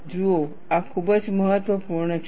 જુઓ આ ખૂબ જ મહત્વપૂર્ણ છે